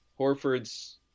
Horford's